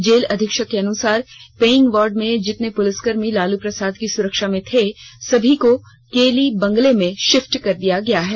jail अधीक्षक के अनुसार पेइंग वार्ड में जितने पुलिसकर्मी लालू प्रसाद की सुरक्षा में थे सभी को केली बंगले में शिफ्ट कर दिया गया है